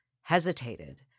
hesitated